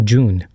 June